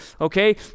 okay